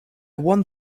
one